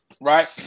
right